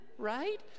right